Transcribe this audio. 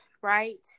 right